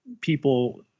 people